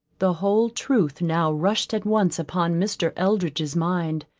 the whole truth now rushed at once upon mr. eldridge's mind.